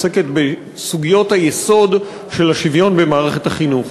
ועוסקת בסוגיות היסוד של השוויון במערכת החינוך.